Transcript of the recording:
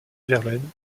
verlaine